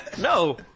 No